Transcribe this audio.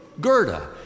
Gerda